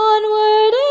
Onward